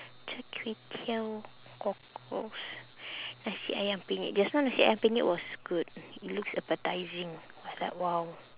char kway teow cockles nasi ayam penyet just now nasi ayam penyet was good it looks appetising I was like !wow!